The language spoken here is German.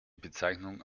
bezeichnung